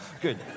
good